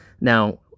Now